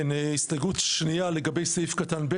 ההסתייגות השנייה היא לגבי סעיף קטן (ב):